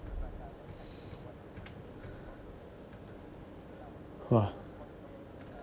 !wah!